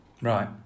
right